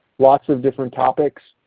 lots of different topics.